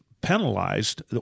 penalized